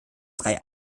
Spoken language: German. drei